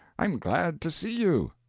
i'm glad to see you,